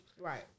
Right